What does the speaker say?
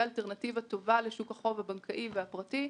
אלטרנטיבה טובה לשוק החוב הבנקאי והפרטי,